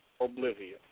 oblivion